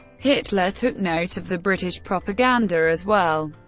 hitler took note of the british propaganda as well,